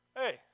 hey